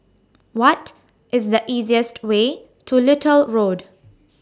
What IS The easiest Way to Little Road